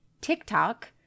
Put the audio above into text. TikTok